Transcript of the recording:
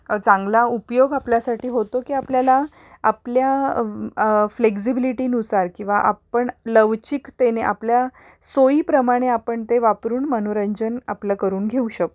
चांगला उपयोग आपल्यासाठी होतो की आपल्याला आपल्या फ्लेक्झिबिलिटीनुसार किंवा आपण लवचिकतेने आपल्या सोईप्रमाणे आपण ते वापरून मनोरंजन आपलं करून घेऊ शकतो